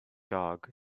dog